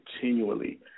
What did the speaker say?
continually